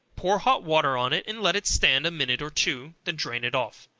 pour hot water on it, and let it stand a minute or two, then drain it off,